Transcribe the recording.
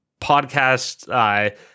podcast